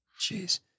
Jeez